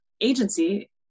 agency